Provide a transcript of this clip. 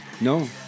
No